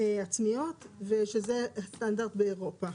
עצמיות שזה סטנדרט באירופה.